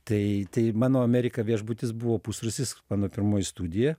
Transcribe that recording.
tai tai mano amerika viešbutis buvo pusrūsis mano pirmoji studija